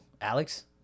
Alex